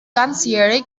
ganzjährig